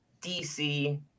DC